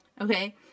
Okay